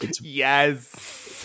Yes